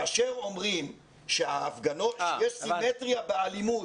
כאשר אומרים שיש סימטריה באלימות,